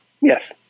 Yes